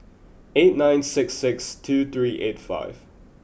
eight nine six six two three eight five